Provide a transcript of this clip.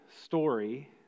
story